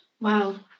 Wow